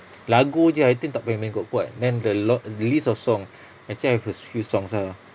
lagu jer I think tak payah main kuat-kuat then the lo~ the list of song actually I have a few songs ah